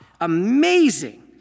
Amazing